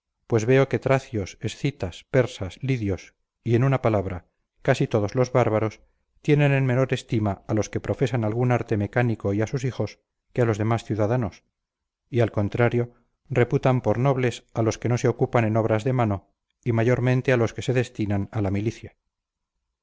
pues veo que tracios escitas persas lidios y en una palabra casi todos lo bárbaros tienen en menor estima a los que profesan algún arte mecánico y a sus hijos que a los demás ciudadanos y al contrario reputan por nobles a los que no se ocupan en obras de mano y mayormente a los que se destinan a la milicia